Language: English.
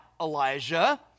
Elijah